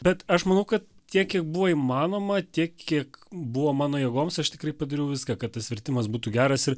bet aš manau kad tiek kiek buvo įmanoma tiek kiek buvo mano jėgoms aš tikrai padariau viską kad tas vertimas būtų geras ir